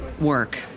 work